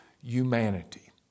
humanity